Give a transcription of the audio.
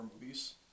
movies